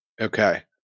okay